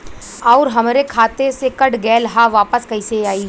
आऊर हमरे खाते से कट गैल ह वापस कैसे आई?